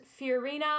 Fiorina